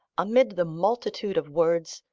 amid the multitude of words,